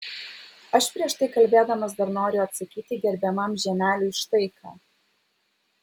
aš prieš tai kalbėdamas dar noriu atsakyti gerbiamam žiemeliui štai ką